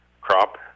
crop